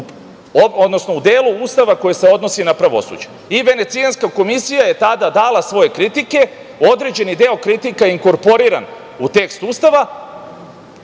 odnosno u delu Ustava koji se odnosi na pravosuđe.I Venecijanska komisija je tada dala svoje kritike. Određeni deo kritika je inkorporiran u tekst Ustava,